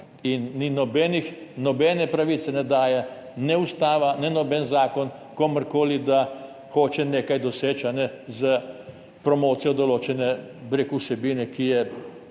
in nobene pravice ne daje ustava in ne noben zakon komurkoli, da hoče nekaj doseči s promocijo določene vsebine, ki je